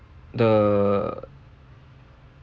the